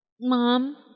Mom